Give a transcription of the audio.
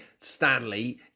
Stanley